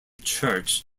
church